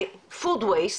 בזבוז מזון,